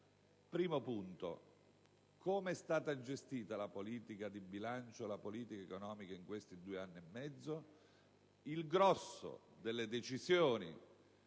primo luogo, come è stata gestita la politica di bilancio ed economica in questi due anni e mezzo? Il grosso delle decisioni